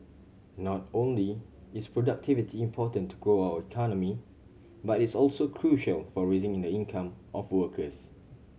not only is productivity important to grow our economy but it's also crucial for raising in the income of workers